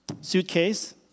suitcase